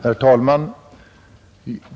Herr talman!